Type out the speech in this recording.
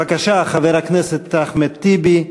בבקשה, חבר הכנסת אחמד טיבי.